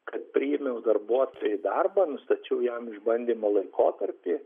kad priėmiau darbuotoją darbą nustačiau jam išbandymo laikotarpį